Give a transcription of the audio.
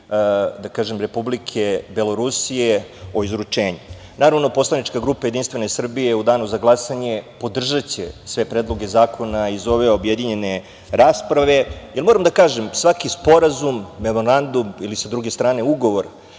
Srbije i Republike Belorusije o izručenju. Naravno, poslanička grupa JS u danu za glasanje podržaće sve Predloge zakona iz ove objedinjene rasprave, jer moram da kažem svaki sporazum, memorandum, ili sa druge strane ugovor